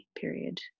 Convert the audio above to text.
period